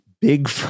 Big